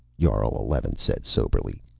jarl eleven said soberly.